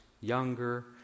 younger